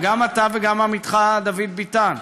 גם אתה וגם עמיתך דוד ביטן,